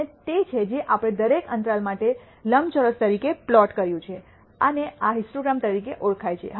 અને તે છે જે આપણે દરેક અંતરાલ માટે લંબચોરસ તરીકે પ્લોટ કર્યું છે અને આ હિસ્ટોગ્રામ તરીકે ઓળખાય છે